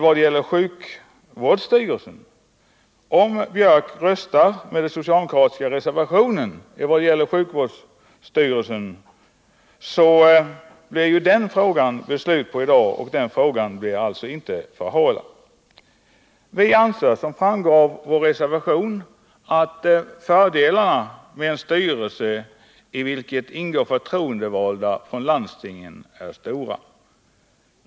Om Gunnar Björk röstar med den socialdemokratiska reservationen i fråga om sjukvårdsstyrelsen, så får vi ett beslut i den frågan i dag, och den blir alltså inte förhalad. Vi anser, som framgår av vår reservation, att fördelarna är stora med en styrelse i vilken ingår förtroendevalda från landstingen.